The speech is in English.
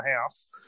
house